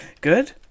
Good